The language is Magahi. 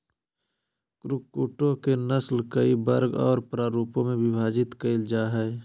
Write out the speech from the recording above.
कुक्कुटों के नस्ल कई वर्ग और प्ररूपों में विभाजित कैल जा हइ